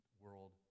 world